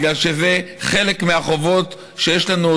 בגלל שזה חלק מהחובות שיש לנו,